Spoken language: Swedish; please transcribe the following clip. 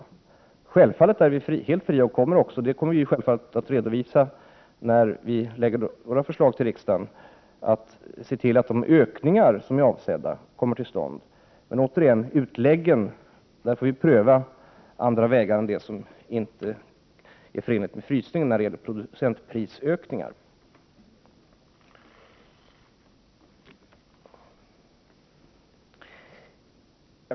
Vi är självfallet helt fria — det kommer regeringen att redovisa i sitt förslag till riksdagen — att se till att de ökningar som är avsedda kommer till stånd. För utläggen får dock andra vägar prövas än de som inte är förenliga med frysningen i fråga om producentprisökningar.